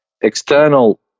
external